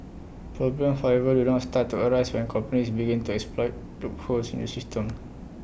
problems however do all start to arise when companies begin to exploit loopholes in the system